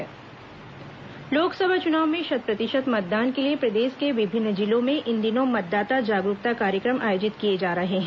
मतदाता जागरूकता अभियान लोकसभा चुनाव में शत प्रतिशत मतदान के लिए प्रदेश के विभिन्न जिलों में इन दिनों मतदाता जागरूकता कार्यक्रम आयोजित किए जा रहे हैं